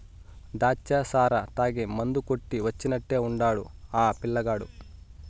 దాచ్చా సారా తాగి మందు కొట్టి వచ్చినట్టే ఉండాడు ఆ పిల్లగాడు